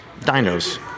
dinos